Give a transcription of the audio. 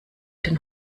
den